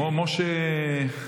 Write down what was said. זה כמו משה שלכם.